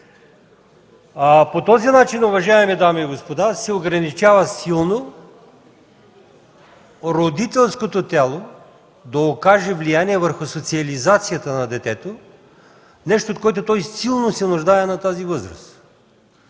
По този начин, уважаеми дами и господа, се ограничава силно възможността родителското тяло да окаже влияние върху социализацията на детето – нещо, от което то силно се нуждае на тази възраст.